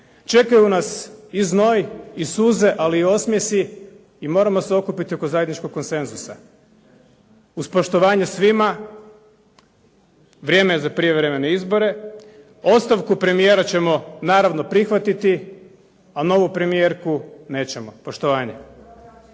Čekaju nas i znoj i suze ali i osmjesi i moramo se okupiti oko zajedničkog konsenzusa. Uz poštovanje svima vrijeme je za prijevremene izbore. Ostavku premijera ćemo naravno prihvatiti a novu premijerku nećemo. Poštovanje.